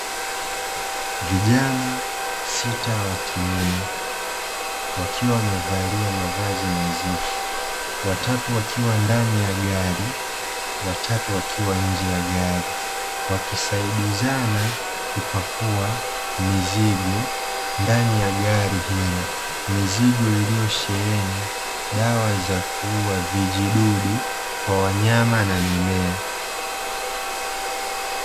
Vijana sita wa kiume, wakiwa wamevalia mavazi nadhifu, watatu wakiwa ndani ya gari, watatu wakiwa nje ya gari, wakisaidiana kupakua mizigo ndani ya gari hilo. Mizigo iliyosheheni dawa za kuuwa vijidudu kwa wanyama na mimea.